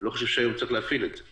אני לא חושב שהיום צריך להפעיל את זה